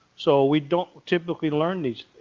so we don't typically learn these